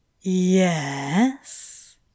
Yes